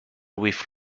with